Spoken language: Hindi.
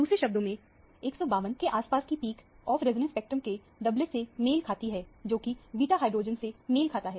दूसरे शब्दों में 152 के आसपास की पिक ऑफ रेजोनेंस स्पेक्ट्रम के डबलेट से मेल खाती है जोकि बीटा हाइड्रोजन से मेल खाता है